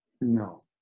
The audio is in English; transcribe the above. No